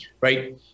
right